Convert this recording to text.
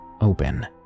open